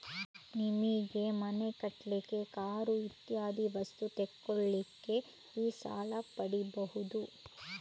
ನಿಮಿಗೆ ಮನೆ ಕಟ್ಲಿಕ್ಕೆ, ಕಾರು ಇತ್ಯಾದಿ ವಸ್ತು ತೆಗೊಳ್ಳಿಕ್ಕೆ ಈ ಸಾಲ ಪಡೀಬಹುದು